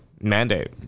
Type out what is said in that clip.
mandate